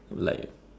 like